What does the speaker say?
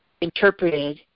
interpreted